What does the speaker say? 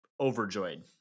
overjoyed